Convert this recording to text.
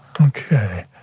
Okay